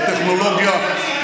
בטכנולוגיה,